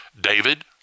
David